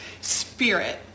spirit